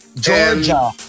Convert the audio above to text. Georgia